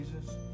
Jesus